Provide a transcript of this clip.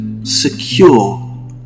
secure